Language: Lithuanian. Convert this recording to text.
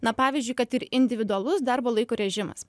na pavyzdžiui kad ir individualus darbo laiko režimas